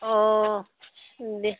অ' দে